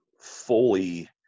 fully